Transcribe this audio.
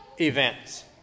events